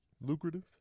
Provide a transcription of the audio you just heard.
Lucrative